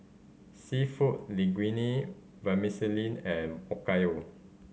Seafood Linguine Vermicellin and Okayu